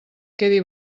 quedi